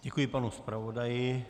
Děkuji panu zpravodaji.